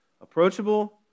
approachable